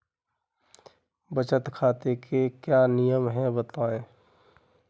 बचत खाते के क्या नियम हैं बताएँ?